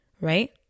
Right